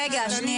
רגע, רגע שנייה.